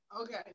Okay